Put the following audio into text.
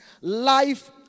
Life